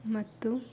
ಮತ್ತು